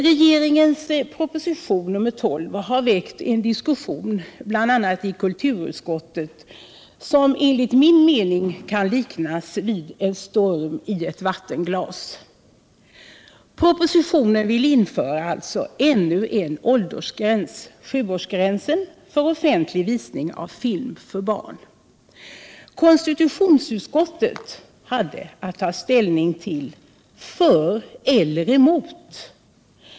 Regeringens proposition nr 12 har väckt en diskussion, bl.a. i kulturutskottet, som enligt min mening kan liknas vid en storm i ett vattenglas. Regeringen vill alltså införa ännu en åldersgräns, sjuårsgränsen, för offentlig visning av film för barn. Konstitutionsutskottet hade att ta ställning för eller emot.